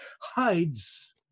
hides